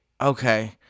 okay